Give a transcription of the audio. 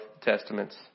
Testaments